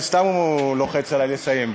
אבל סתם הוא לוחץ עלי לסיים,